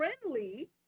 friendly